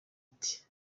ati